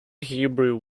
hebrew